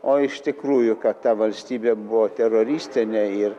o iš tikrųjų kad ta valstybė buvo teroristinė ir